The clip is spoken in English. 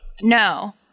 No